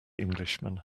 englishman